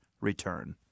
return